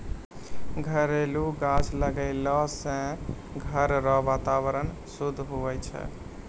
घरेलू गाछ लगैलो से घर रो वातावरण शुद्ध हुवै छै